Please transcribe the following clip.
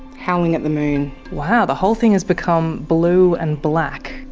howling at the moon. wow the whole thing has become blue and black.